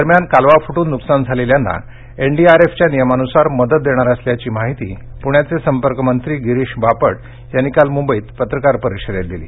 दरम्यान कालवा फुटून नुकसान झालेल्यांना एनडीआरएफच्या नियमानुसार मदत देणार असल्याची माहिती पुण्याचे संपर्कमंत्री गिरीष बापट यांनी काल मुंबईत पत्रकार परिषदेत दिली